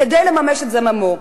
כדי לממש את זממו.